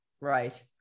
Right